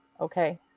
okay